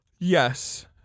Yes